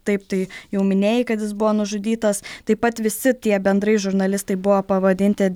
taip tai jau minėjai kad jis buvo nužudytas taip pat visi tie bendrai žurnalistai buvo pavadinti